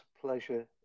pleasure